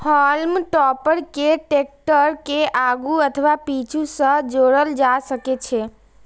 हाल्म topper कें tractor के आगू अथवा पीछू सं जोड़ल जा सकै छै